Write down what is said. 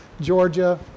Georgia